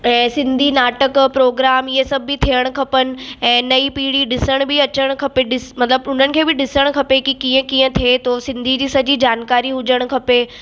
ऐं सिंधी नाटक प्रोग्राम इहे सभु बि थियणु खपनि ऐं नई पीढ़ी ॾिसणु बि अचणु खपे ॾिस मतलबु उननि खे बि ॾिसणु खपे कि कीअं कीअं थिए थो सिंधी जी सॼी जानकारी हुजणु खपे